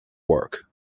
work